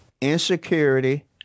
insecurity